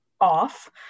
off